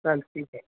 चाल ठीक आहे